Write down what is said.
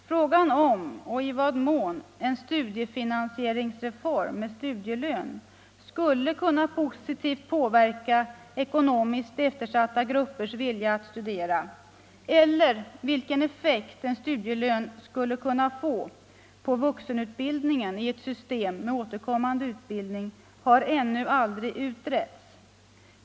Frågan om och i vad mån en studiefinansieringsreform med studielön skulle kunna positivt påverka ekonomiskt eftersatta gruppers vilja att studera eller vilken effekt en studielön skulle kunna få på vuxenutbildningen i ett system med återkommande utbildning har ännu aldrig utretts.